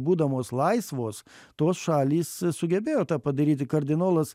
būdamos laisvos tos šalys sugebėjo tą padaryti kardinolas